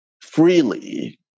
freely